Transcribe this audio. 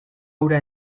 hura